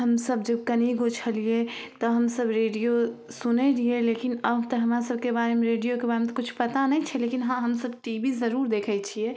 हमसभ जे कनिगो छलिए तऽ हमसभ रेडिओ सुनै रहिए लेकिन आब तऽ हमरासभके बारेमे रेडिओके बारेमे किछु पता नहि छै लेकिन हँ हमसभ टी वी जरूर देखै छिए